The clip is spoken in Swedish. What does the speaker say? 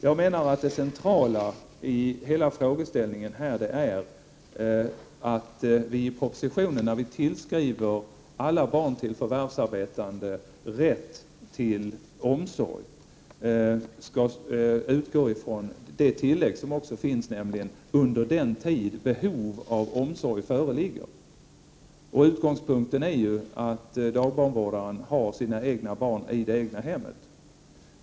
Jag menar att det centrala i hela frågeställningen är att vi i propositionen, när vi tillskriver alla barn till förvärvsarbetande rätt till omsorg, utgår ifrån det tillägg som också finns, nämligen ”under den tid behov av omsorg föreligger”. Utgångspunkten är ju att dagbarnvårdaren har sina egna barn i det egna hemmet.